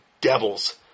devils